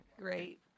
great